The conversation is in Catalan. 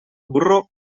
burro